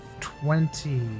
Twenty